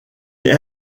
est